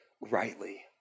rightly